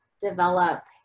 develop